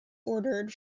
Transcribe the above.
ordered